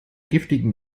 giftigen